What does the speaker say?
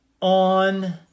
on